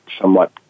somewhat